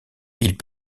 ils